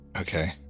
Okay